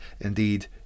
indeed